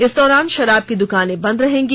इस दौरान शराब की दुकानें बंद रहेगी